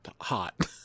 hot